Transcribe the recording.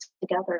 together